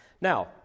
Now